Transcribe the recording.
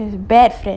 it is best that